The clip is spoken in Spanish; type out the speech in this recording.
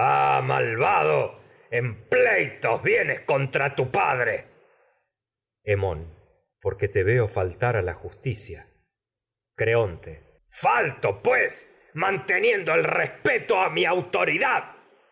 malvado en pleitos vienes contra padre hemón porque te veo faltar a la justicia creonte falto autoridad hemón no la pues manteniendo el respeto a mi respetas